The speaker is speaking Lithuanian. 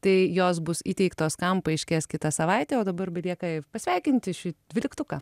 tai jos bus įteiktos kam paaiškės kitą savaitę o dabar belieka pasveikinti šį dvyliktuką